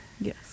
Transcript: Yes